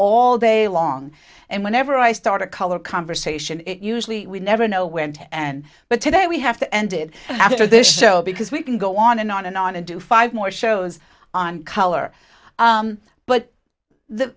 all day long and whenever i start a color conversation it usually we never know when to and but today we have to ended after this show because we can go on and on and on and do five more shows on color but the